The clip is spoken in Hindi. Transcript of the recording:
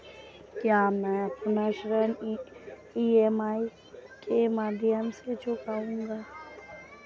क्या मैं अपना ऋण ई.एम.आई के माध्यम से चुकाऊंगा?